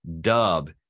Dub